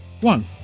one